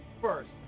first